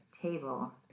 table